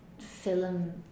film